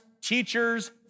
teachers